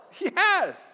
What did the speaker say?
Yes